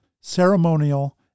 ceremonial